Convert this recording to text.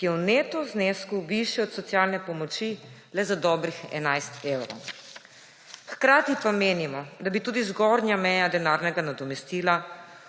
ki je v neto znesku višje od socialne pomoči le za dobrih 11 evrov. Hkrati pa menimo, da bi tudi zgornja meja denarnega nadomestila